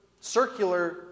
circular